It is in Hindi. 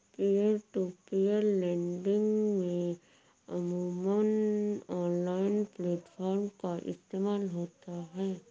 पीयर टू पीयर लेंडिंग में अमूमन ऑनलाइन प्लेटफॉर्म का इस्तेमाल होता है